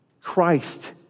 Christ